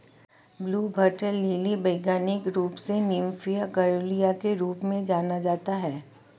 blue water lily वैज्ञानिक रूप से निम्फिया केरूलिया के रूप में जाना जाता है